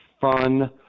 fun